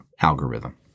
algorithm